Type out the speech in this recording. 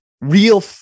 real